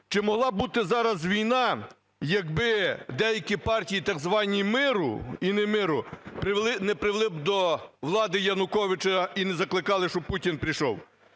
Чи могла бути зараз війна, якби деякі партії так звані "миру" і "не миру" не привели б до влади Януковича і не закликали би, щоб Путін прийшов?